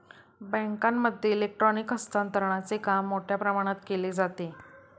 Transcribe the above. बँकांमध्ये इलेक्ट्रॉनिक हस्तांतरणचे काम मोठ्या प्रमाणात केले जाते